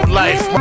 life